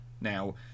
Now